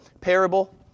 parable